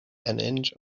inch